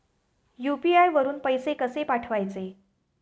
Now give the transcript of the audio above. UPI वरून पैसे कसे पाठवायचे?